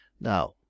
Now